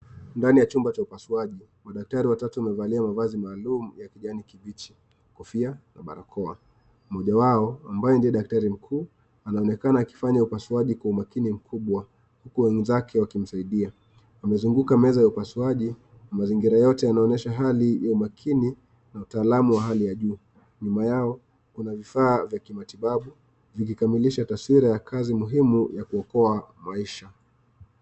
Ndani ya chumba cha upasuaji, madaktari watatu wamevaa mavazi maalum ya kijani kibichi, kofia na barakoa. Mmoja wao, ambaye ndiye daktari mkuu, anaonekana akifanya upasuaji kwa umakini mkubwa huku wenzake wakimsaidia. Amezunguka meza ya upasuaji na mazingira yote yanaonyesha hali ya umakini na utaalamu wa hali ya juu. Nyuma yao, kuna vifaa vya kimatibabu vikikamilisha taswira ya kazi muhimu ya kuokoa maisha.